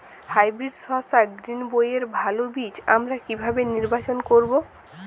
Hybrid শসা গ্রীনবইয়ের ভালো বীজ আমরা কিভাবে নির্বাচন করব?